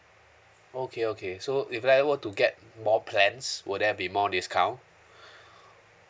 okay okay so if like I were to get more plans will there be more discount